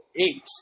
eight